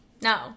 No